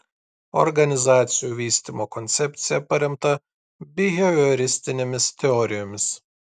organizacijų vystymo koncepcija paremta bihevioristinėmis teorijomis